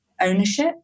ownership